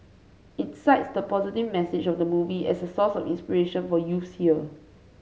it cites the positive message of the movie as a source of inspiration for youths here